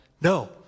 no